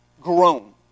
grown